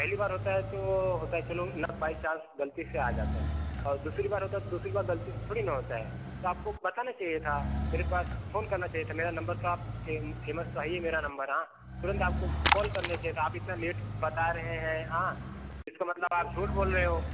पहली बार होता है तो होता है चलो यार बाईचांस गलती से आ जाता है और दूसरी बार होता तो दूसरी बार गलती से थोड़ी ना होता है तो आपको बताना चाहिए था मेरे पास फोन करना चाहिए था मेरा नंबर तो आप फेमस तो है ही मेरा नंबर हाँ तुरंत आपको कॉल करने चाहिए था आप इतना लेट बता रहे हैं हाँ इसका मतलब आप झूठ बोल रहे हो